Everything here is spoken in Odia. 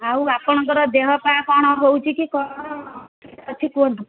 ଆଉ ଆପଣଙ୍କର ଦେହପା କ'ଣ ହେଉଛି କି ଅଛି କୁହନ୍ତୁ